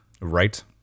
Right